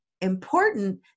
important